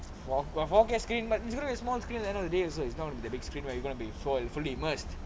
for what forecast screen it's gonna be small screen at the end of the day also is not on the big screen where you gonna be foil fully merged